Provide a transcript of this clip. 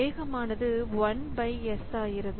வேகமானது 1 by S ஆகிறது